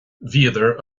bhíodar